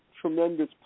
tremendous